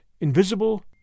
invisible